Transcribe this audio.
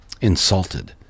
insulted